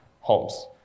homes